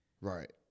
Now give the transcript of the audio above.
Right